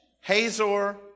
Hazor